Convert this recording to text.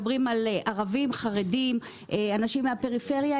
מדברים על ערבים, חרדים, אנשים מהפריפריה.